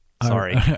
Sorry